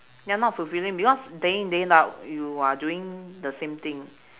ya not fulfilling because day in day out you are doing the same thing